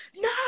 no